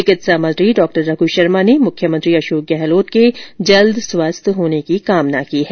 चिकित्सा मंत्री डॉक्टर रघु शर्मा ने मुख्यमंत्री अशोक गहलोत के जल्द स्वस्थ होने की कामना की है